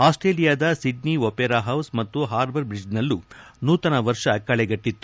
ಆಸ್ವೇಲಿಯಾದ Sydney Opera House ಮತ್ತು Harbour Bridge ನಲ್ಲೂ ನೂತನ ವರ್ಷ ಕಳೆಗಟ್ಟತ್ತು